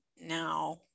now